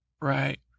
right